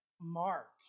Mark